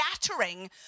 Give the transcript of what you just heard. scattering